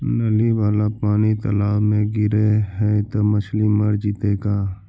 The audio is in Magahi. नली वाला पानी तालाव मे गिरे है त मछली मर जितै का?